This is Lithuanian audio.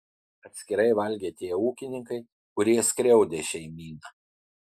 atskirai valgė tie ūkininkai kurie skriaudė šeimyną